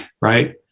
right